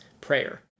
prayer